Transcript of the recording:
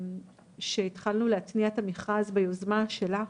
שהתחלנו להתניע את המכרז ביוזמה שלך,